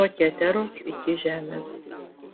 nuo keteros iki žemės